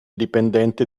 dipendente